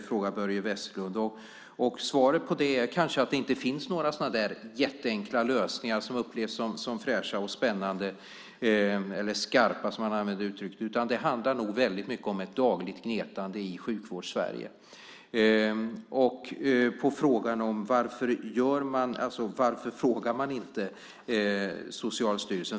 frågar Börje Vestlund. Svaret på frågan är kanske att det inte finns så jätteenkla lösningar som upplevs som fräscha och spännande - eller som skarpa, som Börje Vestlund uttrycker det. Det handlar nog i stället väldigt mycket om ett dagligt gnetande i Sjukvårds-Sverige. Börje Vestlund undrar också varför man inte frågar Socialstyrelsen.